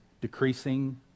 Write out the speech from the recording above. decreasing